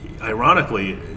Ironically